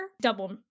Double